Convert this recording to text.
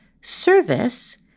service